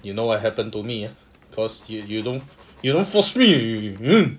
you know what happen to me ah cause you you don't you don't force me